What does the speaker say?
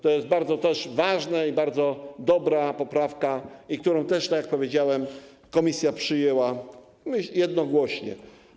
To jest bardzo ważna i bardzo dobra poprawka, którą też, tak jak powiedziałem, komisje przyjęły jednogłośnie.